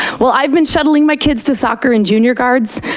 while i've been shuttling my kids to soccer and junior guards,